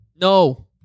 No